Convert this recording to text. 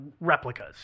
replicas